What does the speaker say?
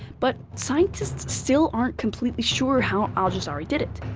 but scientists still aren't completely sure how al-jazari did it.